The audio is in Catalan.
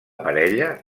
parella